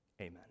Amen